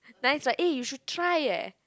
nice ah eh you should try eh